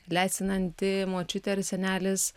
lesinanti močiutė ar senelis